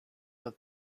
with